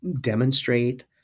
demonstrate